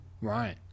Right